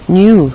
new